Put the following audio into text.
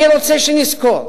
אני רוצה שנזכור